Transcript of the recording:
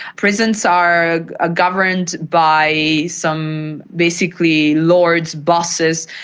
prisons are ah ah governed by some basically lords, bosses,